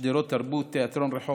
וכן היו שדרות תרבות,